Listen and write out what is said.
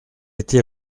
été